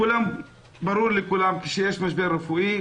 ברור לכולם שיש משבר רפואי,